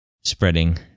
spreading